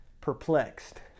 perplexed